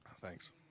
Thanks